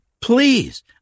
Please